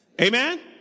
Amen